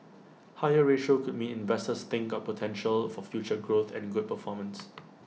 higher ratio could mean investors think got potential for future growth and good performance